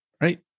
right